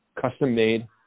custom-made